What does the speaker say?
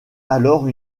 alors